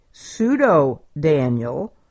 pseudo-Daniel